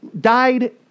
died